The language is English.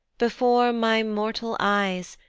before my mortal eyes,